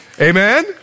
Amen